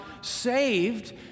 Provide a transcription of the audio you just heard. saved